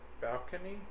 balcony